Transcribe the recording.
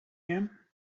him